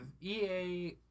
EA